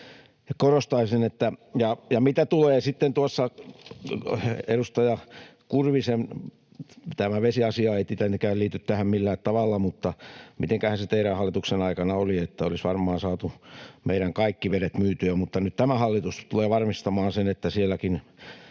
Kurvisen... [Antti Kurvinen pyytää vastauspuheenvuoroa] Tämä vesiasia ei tietenkään liity tähän millään tavalla, mutta mitenkähän se teidän hallituksen aikana oli? Että olisi varmaan saatu meidän kaikki vedet myytyä. Mutta nyt tämä hallitus tulee varmistamaan sen, että sielläkin